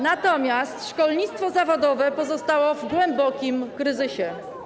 Natomiast szkolnictwo zawodowe pozostało w głębokim kryzysie.